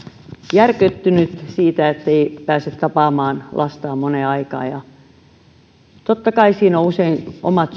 järkyttynyt siitä ettei pääse tapaamaan lastaan moneen aikaan totta kai on usein omat